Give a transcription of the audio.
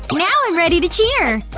now i'm ready to cheer!